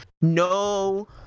no